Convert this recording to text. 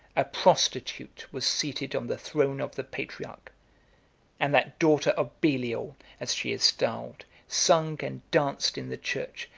a prostitute was seated on the throne of the patriarch and that daughter of belial, as she is styled, sung and danced in the church,